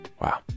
wow